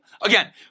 Again